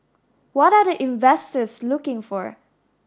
what are the investors looking for